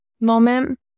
moment